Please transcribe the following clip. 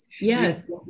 yes